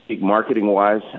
marketing-wise